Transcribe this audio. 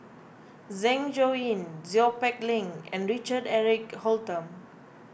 Zeng Shouyin Seow Peck Leng and Richard Eric Holttum